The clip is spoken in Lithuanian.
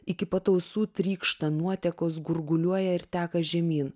iki pat ausų trykšta nuotekos gurguliuoja ir teka žemyn